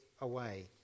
away